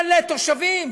מלא תושבים,